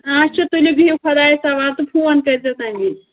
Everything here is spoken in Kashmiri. اچھا تُلِو بِہِو خۄدایَس حوال تہٕ فون کٔرۍزیو تَمہِ وِز